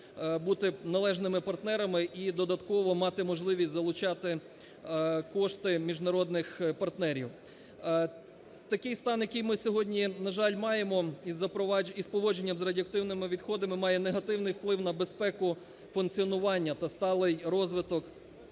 бути належними партнерами і додатково мати можливість залучати кошти міжнародних партнерів. Такий стан, який ми сьогодні, на жаль, маємо із запровадження… із поводження з радіоактивними відходами має негативний вплив на безпеку функціонування та сталий розвиток